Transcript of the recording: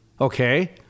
Okay